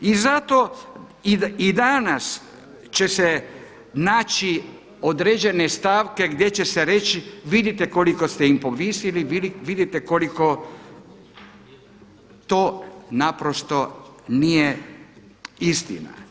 I zato, i danas će se naći određene stavke gdje će se reći: Vidite koliko ste im povisili, vidite koliko to naprosto nije istina.